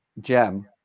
gem